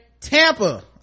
Tampa